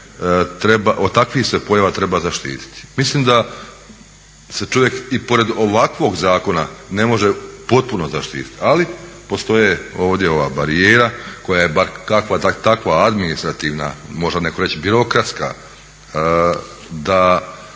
od takvih se pojava treba zaštititi. Mislim da se čovjek i pored ovakvog zakona ne može potpuno zaštititi, ali postoji ovdje ova barijera koja je bar kakva, takva administrativna, može netko reći birokratska da